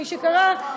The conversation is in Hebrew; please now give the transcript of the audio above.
מי שקרא,